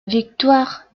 victoire